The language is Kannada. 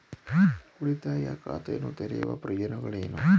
ಉಳಿತಾಯ ಖಾತೆಯನ್ನು ತೆರೆಯುವ ಪ್ರಯೋಜನಗಳೇನು?